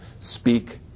speak